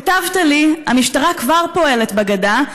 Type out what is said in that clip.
כתבת לי: המשטרה כבר פועלת בגדה,